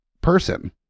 person